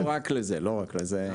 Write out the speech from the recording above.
לא רק לזה, לא רק לזה.